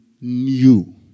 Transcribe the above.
new